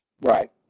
Right